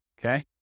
Okay